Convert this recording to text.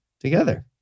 Together